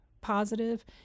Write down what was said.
positive